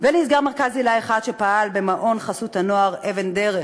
ונסגר מרכז היל"ה אחד שפעל במעון חסות הנוער "אבן דרך".